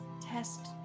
test